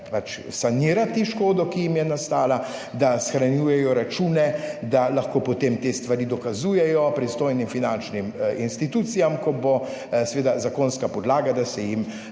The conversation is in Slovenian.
sanirati škodo, ki jim je nastala, da shranjujejo račune, da lahko potem te stvari dokazujejo pristojnim finančnim institucijam, ko bo seveda zakonska podlaga, da se jim